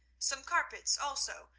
some carpets also,